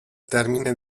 termine